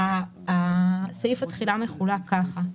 סעיף התחילה מחולק כדלקמן: